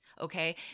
Okay